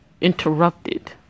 interrupted